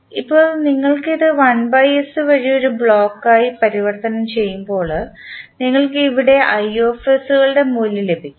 ഇപ്പോൾ നിങ്ങൾ ഇത് വഴി ഒരു ബ്ലോക്കായി പരിവർത്തനം ചെയ്യുമ്പോൾ നിങ്ങൾക്ക് ഇവിടെ കളുടെ മൂല്യം ലഭിക്കും